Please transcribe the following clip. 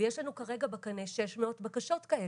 יש לנו כרגע בקנה 600 בקשות כאלה.